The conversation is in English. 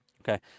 Okay